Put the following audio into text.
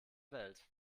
welt